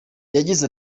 yagize